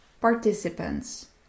Participants